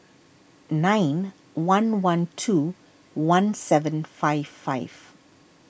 nine one one two one seven five five